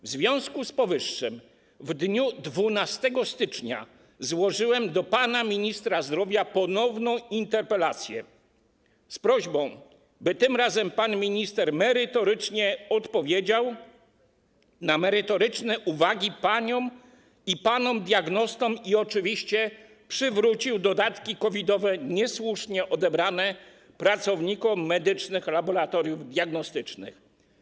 W związku z powyższym w dniu 12 stycznia złożyłem do pana ministra zdrowia ponowną interpelację z prośbą, by tym razem pan minister merytorycznie odpowiedział na merytoryczne uwagi paniom i panom diagnostom i oczywiście przywrócił dodatki COVID-owe, niesłusznie odebrane pracownikom medycznych laboratoriów diagnostycznych.